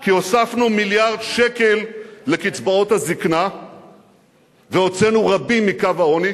כי הוספנו מיליארד שקל לקצבאות הזיקנה והוצאנו רבים מקו העוני.